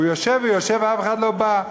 הוא יושב ויושב, ואף אחד לא בא.